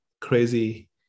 crazy